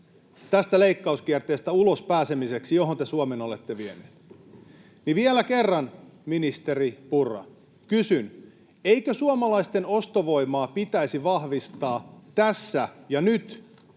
tästä leikkauskierteestä ulos pääsemiseksi, johon te Suomen olette vieneet. Vielä kerran, ministeri Purra, kysyn: eikö suomalaisten ostovoimaa pitäisi vahvistaa tässä ja nyt